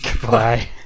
goodbye